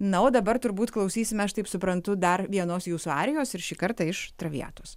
na o dabar turbūt klausysime aš taip suprantu dar vienos jūsų arijos ir šį kartą iš traviatos